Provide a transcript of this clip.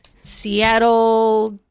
Seattle